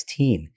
2016